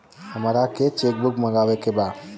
हमारा के cheque book मगावे के बा?